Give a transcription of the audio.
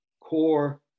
core